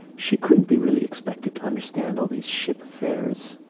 she couldnt be really expected to understand all these ship affairs.